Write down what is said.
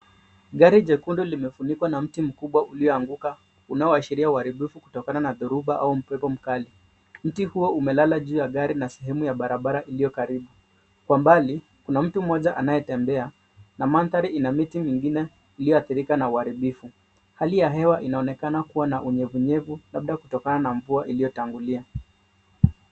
Gari jekundu limefunikwa na mti mkubwa ulioanguka unaoashiria uharibifu kutokana na dhoruba au upepo mkali. Mti huo umelala juu ya gari na sehemu ya barabara iliyo karibu. Kwa mbali kuna mtu mmoja anayetembea na mandhari ina miti mingine iliyoathirika na uharibifu. Hali ya hewa inaonekana kuwa na unyevu nyevu labda kutokana na mvua iliyotangulia.